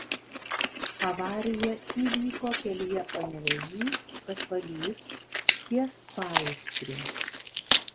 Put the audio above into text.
avarija įvyko kelyje panevėžys pasvalys ties paįstriu